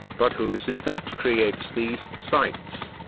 but who is it that creates these sights?